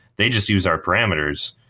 they just use our parameters.